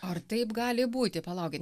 ar taip gali būti palaukit